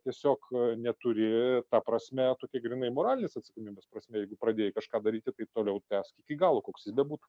tiesiog neturi ta prasme tokia grynai moralinės atsakomybės prasme jeigu pradėjai kažką daryti tai toliau tęsk iki galo koks jis bebūtų